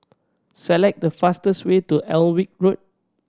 select the fastest way to Alnwick Road